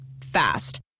Fast